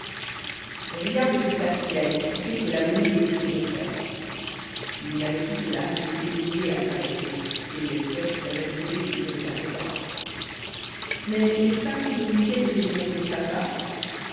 rien de plus facile à expliquer que la venue de tous ces bons coeurs ils n'avaient eu que la rue de sévigné à traverser et le lecteur pourrait même trouver qu'ils étaient en retard mais les cinq coups de mousquet dirigés contre mustapha